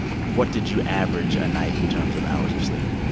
what did you average a night in terms of hours of sleep?